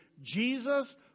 Jesus